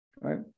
Right